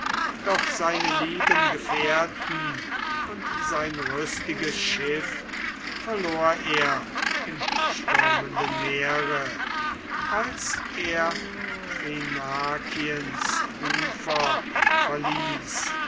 doch seine lieben gefährten und sein rüstiges schiff verlor er im stürmenden meere als er thrinakiens ufer verließ